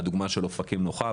הדוגמא של אופקים נוחה.